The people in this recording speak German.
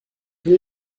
will